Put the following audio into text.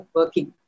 working